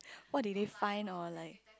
what did they find or like